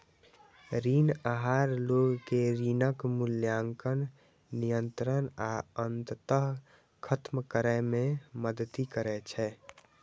ऋण आहार लोग कें ऋणक मूल्यांकन, नियंत्रण आ अंततः खत्म करै मे मदति करै छै